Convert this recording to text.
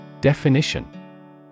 Definition